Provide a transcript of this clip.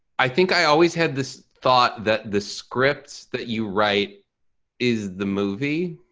i think i always had this thought that the scripts that you write is the movie,